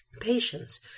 Patience